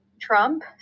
Trump